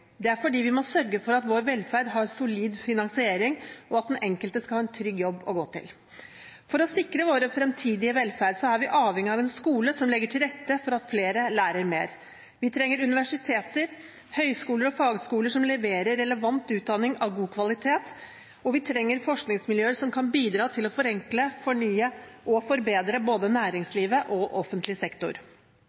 Det er fordi vi må sørge for at vår velferd har solid finansiering, og at den enkelte skal ha en trygg jobb å gå til. For å sikre vår fremtidige velferd er vi avhengige av en skole som legger til rette for at flere lærer mer. Vi trenger universiteter, høyskoler og fagskoler som leverer relevant utdanning av god kvalitet, og vi trenger forskningsmiljøer som kan bidra til å forenkle, fornye og forbedre både næringslivet og offentlig sektor.